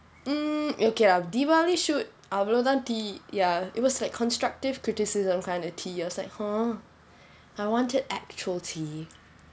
mm okay lah diwali shoot அவ்வளவு தான்:avalvu thaan tea ya it was like constructive criticism kind of tea I was like !huh! I wanted actual tea you know